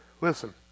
listen